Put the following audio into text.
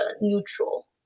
neutral